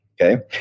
Okay